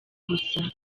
gusa